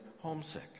homesick